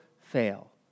fail